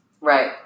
Right